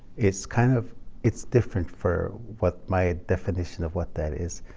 it's kind of it's different for what my definition of what that is.